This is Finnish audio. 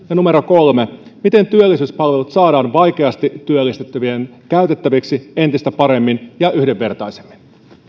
kolme miten työllisyyspalvelut saadaan vaikeasti työllistettävien käytettäväksi entistä paremmin ja yhdenvertaisemmin